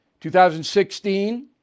2016